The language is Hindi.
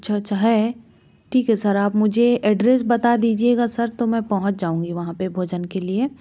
अच्छा अच्छा है ठीक है सर आप मुझे एड्रेस बता दीजिएगा सर तो मैं पहुँच जाऊँगी वहाँ पे भोजन के लिए